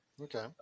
Okay